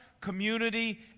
community